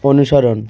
অনুসরণ